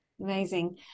amazing